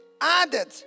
added